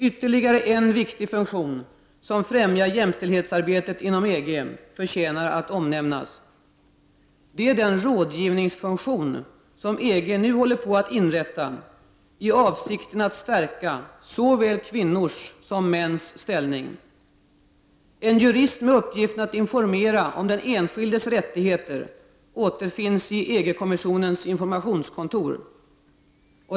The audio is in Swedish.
Ytterligare en viktig funktion, som främjar jämställdhetsarbetet inom EG, förtjänar att nämnas. Det är den rådgivningsfunktion som EG håller på att inrätta i avsikten att stärka såväl kvinnors som mäns ställning. En jurist med uppgiften att informera om den enskildes rättigheter återfinns i EG kommissionens informationskontor.